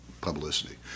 publicity